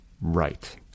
right